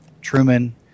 Truman